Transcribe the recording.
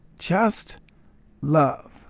just love.